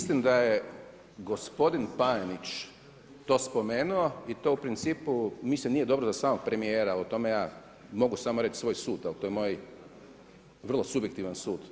Mislim da je gospodin Panenić to spomenuo i to u principu mislim nije dobro za samog premijera, o tome ja mogu samo reći svoj sud, ali to je moj vrlo subjektivan sud.